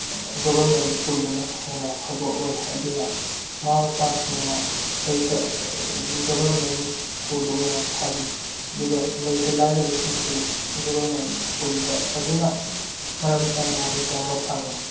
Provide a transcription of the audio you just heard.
government ꯁ꯭ꯀꯨꯜꯗꯅ ꯍꯦꯟꯅ ꯐꯕ ꯑꯣꯏ ꯑꯗꯨꯅ ꯃꯃꯥ ꯃꯄꯥꯁꯤꯡꯅ ꯒꯕ꯭ꯔꯃꯦꯟ ꯁ꯭ꯀꯨꯜꯗ ꯑꯣꯏꯅ ꯊꯥꯕꯤ ꯑꯗꯨꯒ ꯂꯩꯇ ꯂꯥꯏꯔꯕꯁꯤꯡꯁꯨ ꯒꯣꯕ꯭ꯔꯃꯦꯟ ꯁ꯭ꯀꯨꯜꯗꯣ ꯐꯖꯅ ꯃꯔꯝ ꯆꯥꯅ ꯃꯍꯩ ꯇꯝꯕ ꯐꯪꯏ